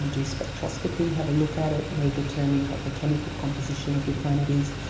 and do spectroscopy, have a look at it, really determine what the chemical composition of your planet is.